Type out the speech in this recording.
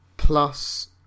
Plus